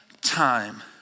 Time